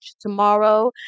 tomorrow